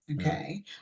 okay